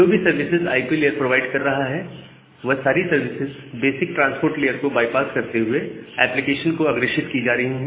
जो भी services IP layer provide कर रहा है तो वह सारी सर्विसेज बेसिक ट्रांसपोर्ट लेयर को बाईपास करते हुए एप्लीकेशन को अग्रेषित की जा रही है